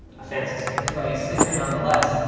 a fancy sticker, but a sticker nonetheless.